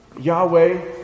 Yahweh